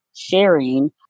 sharing